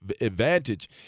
advantage